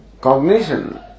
cognition